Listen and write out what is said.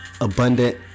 abundant